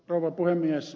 rouva puhemies